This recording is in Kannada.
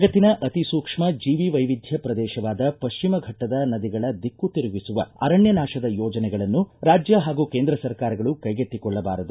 ಜಗತ್ತಿನ ಅತಿಸೂಕ್ಷ್ಮ ಜೀವಿ ವೈವಿಧ್ಯ ಪ್ರದೇಶವಾದ ಪಶ್ಚಿಮ ಘಟ್ಟದ ನದಿಗಳ ದಿಕ್ಕು ತಿರುಗಿಸುವ ಅರಣ್ಯ ನಾಶದ ಯೋಜನೆಗಳನ್ನು ರಾಜ್ಯ ಹಾಗೂ ಕೇಂದ್ರ ಸರ್ಕಾರಗಳು ಕೈಗೆತ್ತಿಕೊಳ್ಳಬಾರದು